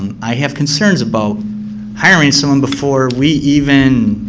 and i have concerns about hiring someone before we even